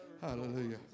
Hallelujah